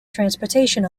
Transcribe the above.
transportation